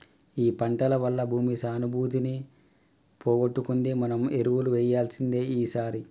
ఈ పంటల వల్ల భూమి సానుభూతిని పోగొట్టుకుంది మనం ఎరువు వేయాల్సిందే ఈసారి